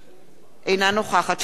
אינה נוכחת שכיב שנאן,